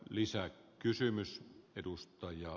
arvoisa herra puhemies